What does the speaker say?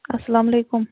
اَسلامُ علیکُم